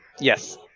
Yes